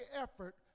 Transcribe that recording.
effort